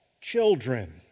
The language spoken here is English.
children